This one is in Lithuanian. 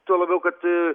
tuo labiau kad